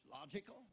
Logical